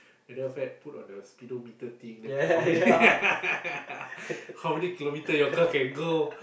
and then your friend put on the speedometer thing then put how many how many kilometre your car can go